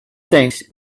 thanks